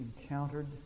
encountered